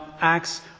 acts